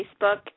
Facebook